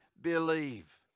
believe